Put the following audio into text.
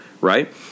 right